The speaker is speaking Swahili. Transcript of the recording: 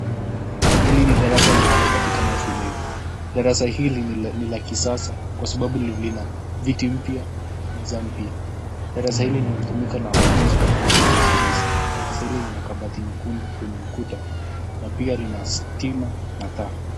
Hili ni darasa linalo patikana shuleni darasa hili ni la kisasa, kwa sababu limina ni mpya viti impya meza impya, darasa hili linatumika na wanafunzi wa cbc darasa hili lina kabati nyekundu kwenye ukuta na pia lina stima na taa.